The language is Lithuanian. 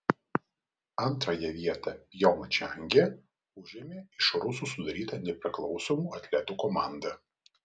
antrąją vietą pjongčange užėmė iš rusų sudaryta nepriklausomų atletų komanda